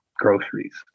groceries